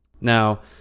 Now